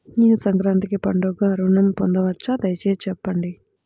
నేను సంక్రాంతికి పండుగ ఋణం పొందవచ్చా? దయచేసి చెప్పండి?